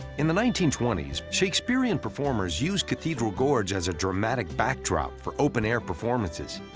in the nineteen twenty s, shakespearean performers used cathedral gorge as a dramatic backdrop for open-air performances.